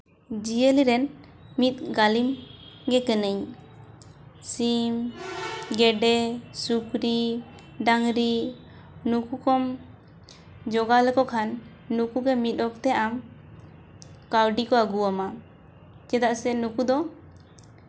ᱡᱤᱭᱟᱹᱞᱤ ᱨᱮᱱ ᱢᱤᱫ ᱜᱟᱹᱞᱤᱢ ᱜᱮ ᱠᱟᱹᱱᱟᱹᱧ ᱥᱤᱢ ᱜᱮᱰᱮ ᱥᱩᱠᱨᱤ ᱰᱟᱝᱨᱤ ᱱᱩᱠᱩ ᱠᱚᱢ ᱡᱳᱜᱟᱣ ᱞᱮᱠᱚ ᱠᱷᱟᱱ ᱱᱩᱠᱩ ᱜᱮ ᱢᱤᱫ ᱚᱠᱛᱮ ᱟᱢ ᱠᱟᱹᱣᱰᱤ ᱠᱚ ᱟᱹᱜᱩ ᱟᱢᱟ ᱪᱮᱫᱟᱜ ᱥᱮ ᱱᱩᱠᱩ ᱫᱚ